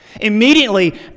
Immediately